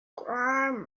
grime